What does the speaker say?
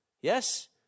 Yes